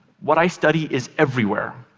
what i study is everywhere.